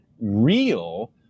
real